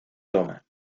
toma